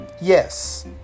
yes